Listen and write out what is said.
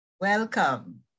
Welcome